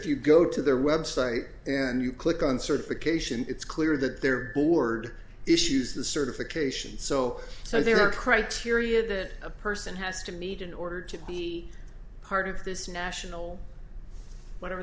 you go to their website and you click on certification it's clear that their board issues the certification so so there are criteria that a person has to meet in order to be part of this national whatever